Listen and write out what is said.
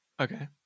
Okay